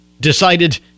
decided